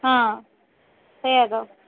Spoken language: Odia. ହଁ ସେୟା ତ